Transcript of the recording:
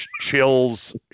chills